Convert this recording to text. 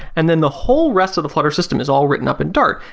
and then the whole rest of the flutter system is all written up in dart.